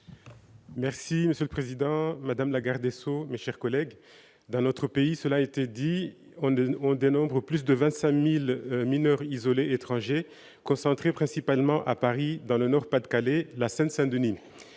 Marche. Monsieur le président, madame la garde des sceaux, mes chers collègues, dans notre pays, cela a été dit, on dénombre plus de 25 000 mineurs isolés étrangers, concentrés principalement à Paris, dans le Nord-Pas-de-Calais et la Seine-Saint-Denis.